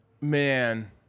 Man